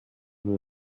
nur